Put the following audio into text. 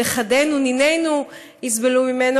נכדינו ונינינו יסבלו ממנו,